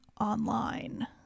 online